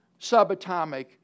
subatomic